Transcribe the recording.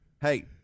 hey